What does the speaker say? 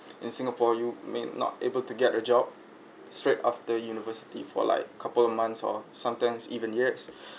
in singapore you may not able to get a job straight after university for like couple of months or sometimes even years